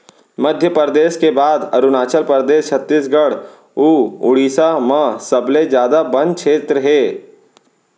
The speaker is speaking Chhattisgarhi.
मध्यपरेदस के बाद अरूनाचल परदेस, छत्तीसगढ़ अउ उड़ीसा म सबले जादा बन छेत्र हे